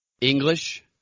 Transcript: English